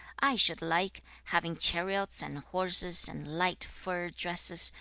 i should like, having chariots and horses, and light fur dresses,